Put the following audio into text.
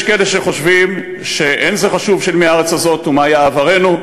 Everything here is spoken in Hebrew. יש כאלה שחושבים שלא חשוב של מי הארץ הזאת ומה היה עברנו.